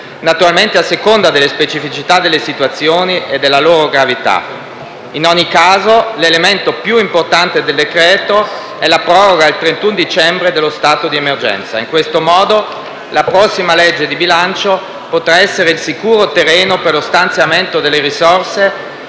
naturalmente a seconda della specificità delle situazioni e della loro gravità. In ogni caso, l'elemento più importante del decreto-legge è la proroga al 31 dicembre dello stato di emergenza. In questo modo, la prossima legge di bilancio potrà essere il sicuro terreno per lo stanziamento delle risorse